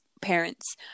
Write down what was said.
parents